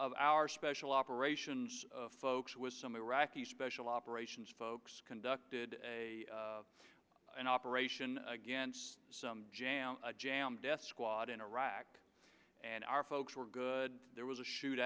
of our special operations folks with some iraqi special operations folks conducted an operation against a jam death squad in iraq and our folks were good there was a shoot